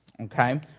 okay